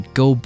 go